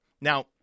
Now